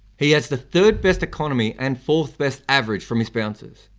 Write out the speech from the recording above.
he has the third best economy and fourth best average from his bouncers,